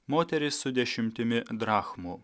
moterį su dešimtimi drachmų